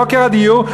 יוקר הדיור,